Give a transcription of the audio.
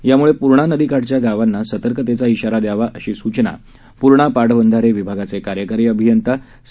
त्यामुळे पूर्णा नदीकाठच्या गावांना सतर्कतेचा ईशारा द्यावा अशी सूचना पूर्णा पाटबंधारे विभागाचे कार्यकारी अभियंता सं